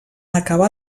acabar